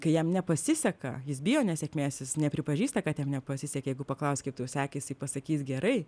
kai jam nepasiseka jis bijo nesėkmės jis nepripažįsta kad jam nepasisekė jeigu paklauski kaip tau sekėsi pasakys gerai